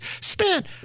spent